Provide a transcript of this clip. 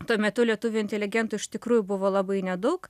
tuo metu lietuvių inteligentų iš tikrųjų buvo labai nedaug